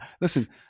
listen